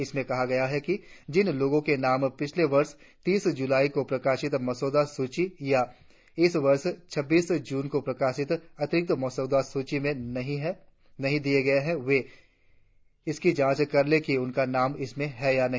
इसमें कहा गया है कि जिन लोगों के नाम पिछले वर्ष तीस जुलाई को प्रकाशित मसौदा सूची या इस वर्ष छब्बीस जून को प्रकाशित अतिरिक्त मसौदा सूची में नहीं दिए गए है वे इकसी जांच कर लें कि उनका नाम इसमें है या नहीं